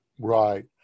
Right